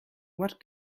what